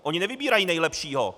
Oni nevybírají nejlepšího.